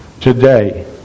today